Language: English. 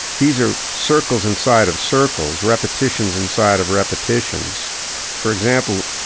these are circles inside of circles, repetitions inside of repetitions for example,